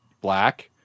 black